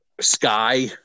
Sky